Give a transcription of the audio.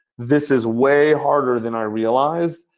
this is way harder than i realized.